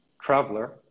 traveler